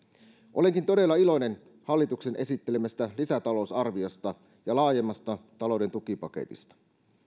olenkin todella iloinen hallituksen esittelemästä lisätalousarviosta ja laajemmasta talouden tukipaketista